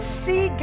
see